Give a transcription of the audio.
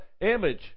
image